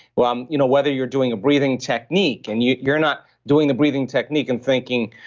but um you know whether you're doing a breathing technique, and you're you're not doing the breathing technique and thinking,